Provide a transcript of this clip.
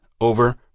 over